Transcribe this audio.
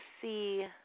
see